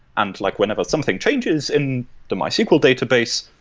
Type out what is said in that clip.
and like whenever something changes in the mysql database,